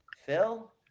phil